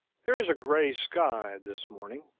there is a gray sky, this morning.